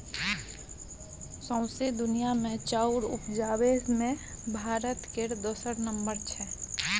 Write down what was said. सौंसे दुनिया मे चाउर उपजाबे मे भारत केर दोसर नम्बर छै